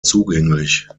zugänglich